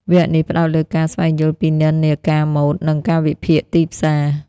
វគ្គនេះផ្តោតលើការ ស្វែងយល់ពីនិន្នាការម៉ូដ និងការវិភាគទីផ្សារ។